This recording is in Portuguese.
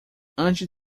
antes